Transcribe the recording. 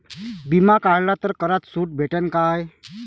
बिमा काढला तर करात सूट भेटन काय?